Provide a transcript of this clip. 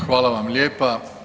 Hvala vam lijepa.